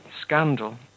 scandal